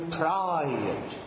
pride